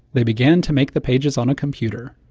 they begin to make the pages on a computer.